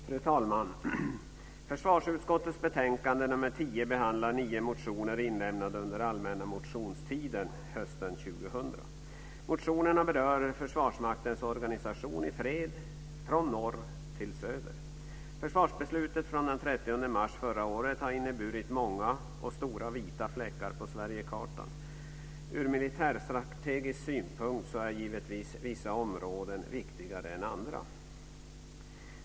Fru talman! I försvarsutskottets betänkande 10 behandlas nio motioner väckta under allmänna motionstiden hösten 2000. Motionerna berör Försvarsmaktens organisation i fred från norr till söder. Försvarsbeslutet från den 30 mars förra året har inneburit många och stora vita fläckar på Sverigekartan. Ur militärstrategisk synpunkt är vissa områden givetvis viktigare än andra.